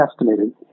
estimated